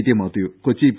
T Mathew Kochi P